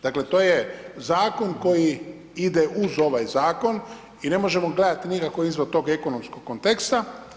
Dakle to je zakon koji ide uz ovaj zakon i ne možemo gledati nikako izvan tog ekonomskog konteksta.